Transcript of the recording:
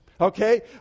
Okay